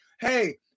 hey